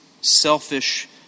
selfish